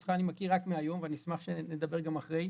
אותך אני מכיר רק מהיום, ואני אשמח שנדבר גם אחרי.